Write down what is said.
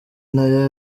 nayo